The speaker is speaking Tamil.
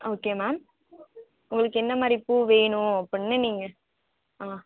ஓகே மேம் உங்களுக்கு என்ன மாதிரி பூ வேணும் அப்பிடின்னு நீங்கள் ஆ